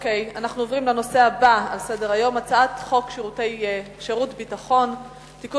עוברים לנושא הבא על סדר-היום: הצעת חוק שירות ביטחון (תיקון